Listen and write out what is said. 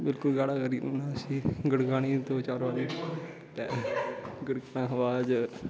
बिल्कुल गाड़ा करी ओड़ना उसी गड़कानी दो चार बारी ते गड़कनैं सा बाद च